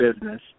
business